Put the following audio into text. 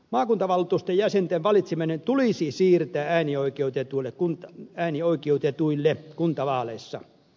maakuntavaltuuston jäsenten valitseminen tulisi siirtää äänioikeutetuille kuntavaaleissa